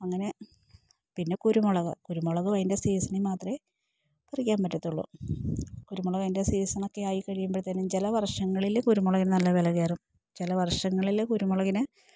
അങ്ങനെ പിന്നെ കുരുമുളക് കുരുമുളകും അതിൻ്റെ സീസണീ മാത്രമേ പറിക്കാൻ പറ്റത്തുള്ളൂ കുരുമുളകിൻ്റെ സീസണക്കെ ആയി കഴിയുമ്പോഴ്ത്തേനും ചില വർഷങ്ങളിൽ കുരുമൊളകിന് നല്ല വില കയറും ചില വർഷങ്ങളിൽ കുരുമുളകിന്